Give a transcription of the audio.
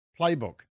playbook